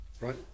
Right